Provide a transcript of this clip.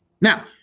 Now